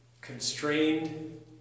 constrained